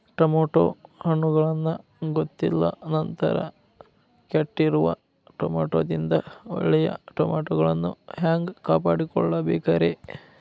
Tomato ಹಣ್ಣುಗಳನ್ನ ಗೊತ್ತಿಲ್ಲ ನಂತರ ಕೆಟ್ಟಿರುವ ಟಮಾಟೊದಿಂದ ಒಳ್ಳೆಯ ಟಮಾಟೊಗಳನ್ನು ಹ್ಯಾಂಗ ಕಾಪಾಡಿಕೊಳ್ಳಬೇಕರೇ?